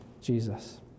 Jesus